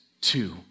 two